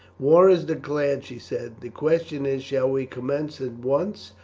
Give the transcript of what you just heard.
war is declared, she said the question is shall we commence at once,